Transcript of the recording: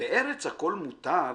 בארץ הכול מתר,